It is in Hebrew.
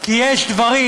כי יש דברים,